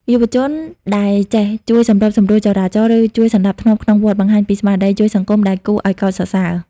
យុវជនដែលចេះ "ជួយសម្របសម្រួលចរាចរណ៍" ឬជួយសណ្ដាប់ធ្នាប់ក្នុងវត្ត បង្ហាញពីស្មារតីជួយសង្គមដែលគួរឱ្យកោតសរសើរ។